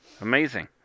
Amazing